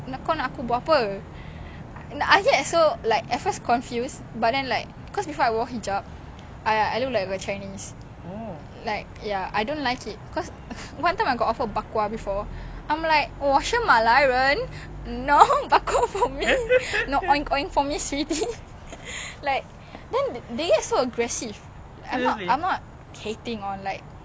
like then they get so aggressive I'm not I'm not hating or anything but they are so ya and like ya and like you know on M_R_T also during sitting down they will like stare you down I've never seen a malay aunty stare you down for a seat